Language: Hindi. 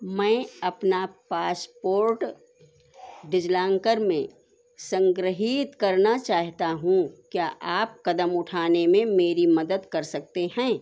मैं अपना पासपोर्ट डिज़िलॉकर में सन्ग्रहीत करना चाहता हूँ क्या आप कदम उठाने में मेरी मदद कर सकते हैं